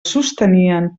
sostenien